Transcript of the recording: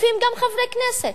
תוקפים גם חברי כנסת.